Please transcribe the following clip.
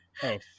hey